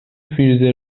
فریزر